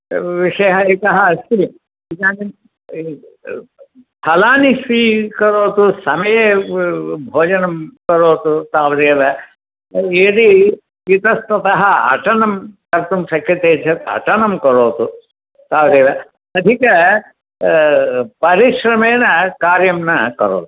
विषयः एकः अस्ति इदानीं फलानि स्वीकरोतु समये भोजनं करोतु तावदेव यदि इतस्ततः अटनं कर्तुं शक्यते चेत् अटनं करोतु तावदेव अधिक परिश्रमेण कार्यं न करोतु